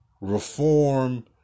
reform